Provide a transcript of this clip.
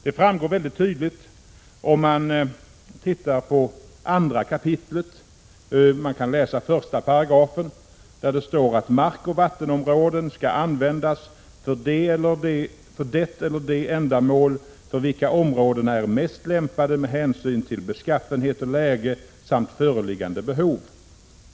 Detta framgår väldigt tydligt om man läser 2 kap. 1 §. Där står det: ”Markoch vattenområden skall användas för det eller de ändamål för vilka områdena är mest lämpade med hänsyn till beskaffenhet och läge samt föreliggande behov.